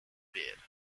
beard